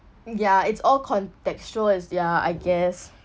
ya it's all contextual as yeah I guess